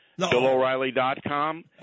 BillOReilly.com